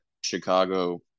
Chicago